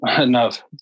enough